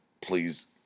please